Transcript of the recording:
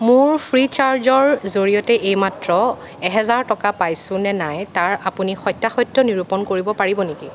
মোৰ ফ্ৰীচাৰ্জৰ জৰিয়তে এইমাত্ৰ এহেজাৰ টকা পাইছো নে নাই তাৰ আপুনি সত্যাসত্য নিৰূপণ কৰিব পাৰিব নেকি